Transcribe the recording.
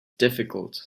difficult